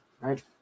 Right